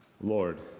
Lord